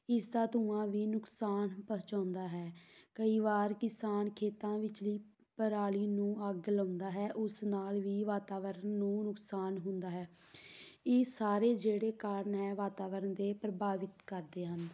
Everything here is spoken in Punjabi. ਇਸ ਦਾ ਧੂੰਆਂ ਵੀ ਨੁਕਸਾਨ ਪਹੁੰਚਾਉਂਦਾ ਹੈ ਕਈ ਵਾਰ ਕਿਸਾਨ ਖੇਤਾਂ ਵਿਚਲੀ ਪਰਾਲੀ ਨੂੰ ਅੱਗ ਲਾਉਂਦਾ ਹੈ ਉਸ ਨਾਲ ਵੀ ਵਾਤਾਵਰਨ ਨੂੰ ਨੁਕਸਾਨ ਹੁੰਦਾ ਹੈ ਇਹ ਸਾਰੇ ਜਿਹੜੇ ਕਾਰਨ ਐ ਵਾਤਾਵਰਨ ਦੇ ਪ੍ਰਭਾਵਿਤ ਕਰਦੇ ਹਨ